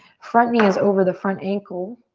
front knee is over the front ankle.